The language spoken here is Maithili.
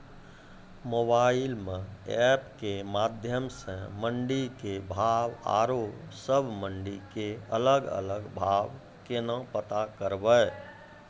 मोबाइल म एप के माध्यम सऽ मंडी के भाव औरो सब मंडी के अलग अलग भाव केना पता करबै?